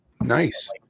Nice